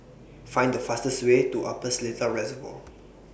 Find The fastest Way to Upper Seletar Reservoir